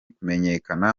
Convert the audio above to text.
kumenyekana